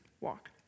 walk